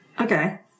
Okay